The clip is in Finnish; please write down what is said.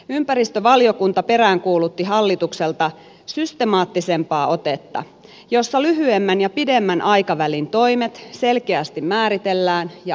ympäristövaliokunta peräänkuulutti hallitukselta systemaattisempaa otetta jossa lyhyemmän ja pidemmän aikavälin toimet selkeästi määritellään ja aikataulutetaan